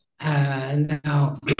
now